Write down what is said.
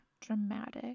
dramatic